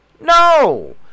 no